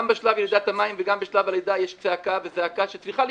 גם בשלב ירידת המים וגם בשלב הלידה יש צעקה וזעקה שצריכה להישמע.